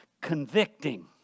convicting